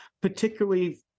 particularly